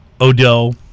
Odell